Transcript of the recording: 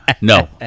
No